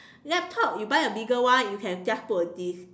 laptop you buy a bigger one you can just put a disc